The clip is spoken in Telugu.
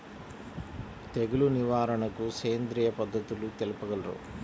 తెగులు నివారణకు సేంద్రియ పద్ధతులు తెలుపగలరు?